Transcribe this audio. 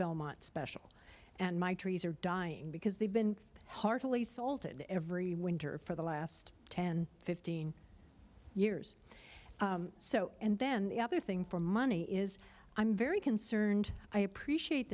belmont special and my trees are dying because they've been heartily salted every winter for the last one thousand and fifteen years or so and then the other thing for money is i'm very concerned i appreciate